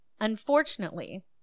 Unfortunately